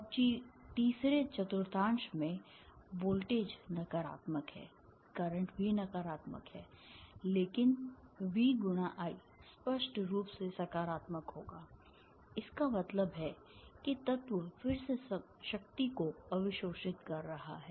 और तीसरे चतुर्थांश में वोल्टेज नकारात्मक है करंट भी नकारात्मक है लेकिन V × I स्पष्ट रूप से सकारात्मक होगा इसका मतलब है कि तत्व फिर से शक्ति को अवशोषित कर रहा है